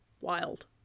wild